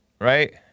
right